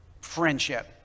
friendship